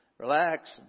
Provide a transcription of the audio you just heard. Relax